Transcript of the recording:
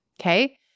Okay